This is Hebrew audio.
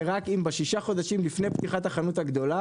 זה רק אם בששה חודשים לפני פתיחת החנות הגדולה,